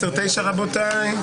שעה 9:01 בבוקר.